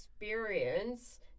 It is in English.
experience